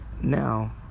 Now